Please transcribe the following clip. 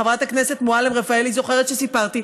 חברת הכנסת מועלם-רפאלי זוכרת שסיפרתי,